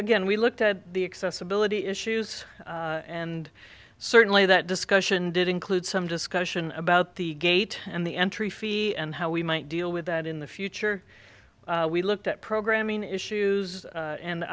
again we looked at the excess ability issues and certainly that discussion did include some discussion about the gate and the entry fee and how we might deal with that in the future we looked at programming issues and